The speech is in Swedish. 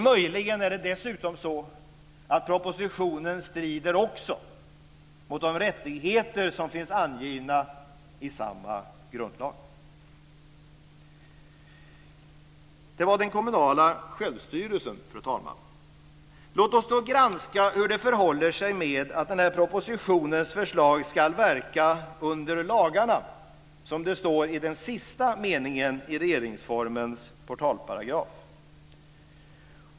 Möjligen är det dessutom så att propositionen strider också mot de rättigheter som finns angivna i samma grundlag. Låt oss då granska hur det förhåller sig med att den här propositionens förslag ska verka under lagarna, som det står i den sista meningen i regeringsformens portalparagraf.